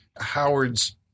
Howard's